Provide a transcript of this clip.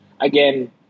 again